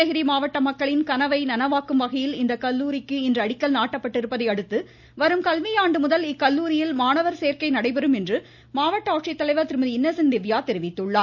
நீலகிரி மாவட்ட மக்களின் கனவை நனவாக்கும் வகையில் இந்த கல்லூரிக்கு இன்று அடிக்கல் நாட்டப்பட்டிருப்பதையடுத்து வரும் கல்வியாண்டு முதல் இக்கல்லூரியில் மாணவர் சேர்க்கை நடைபெறும் எனமாவட்ட ஆட்சித்தலைவர் கிவ்யா தெரிவித்துள்ளார்